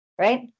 Right